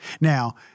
Now